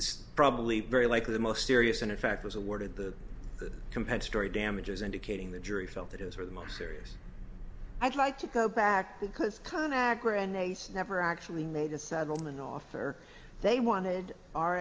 these probably very likely the most serious and in fact was awarded the compensatory damages indicating the jury felt that is where the most serious i'd like to go back because con agra nace never actually made a settlement offer they wanted